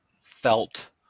felt